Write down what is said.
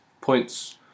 points